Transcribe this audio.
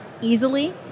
easily